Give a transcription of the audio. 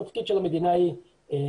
התפקיד של המדינה הוא להתערב.